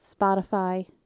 Spotify